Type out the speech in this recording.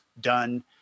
done